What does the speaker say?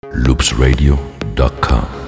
loopsradio.com